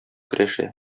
көрәшә